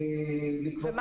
ומה